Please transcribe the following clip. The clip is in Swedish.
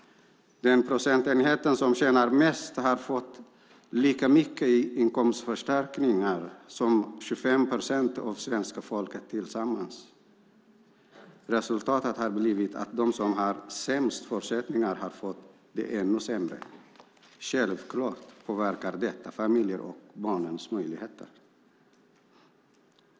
Den procentenhet som tjänar mest har fått lika mycket i inkomstförstärkningar som 25 procent av svenska folket tillsammans. Resultatet har blivit att de som har sämst förutsättningar har fått det ännu sämre. Självfallet påverkar detta familjers och barns möjligheter.